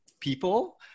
people